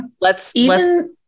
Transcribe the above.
let's-